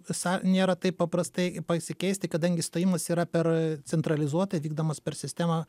sa nėra taip paprastai pasikeisti kadangi stojimas yra per centralizuotai vykdomas per sistemą